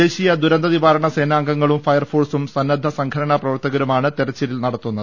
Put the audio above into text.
ദേശീയ ദുരന്തനിവാരണ സേനാംഗങ്ങളും ഫയർഫോഴ്സും സന്നദ്ധ സംഘടനാ പ്രവർത്തകരുമാണ് തെരച്ചിൽ നടത്തുന്നത്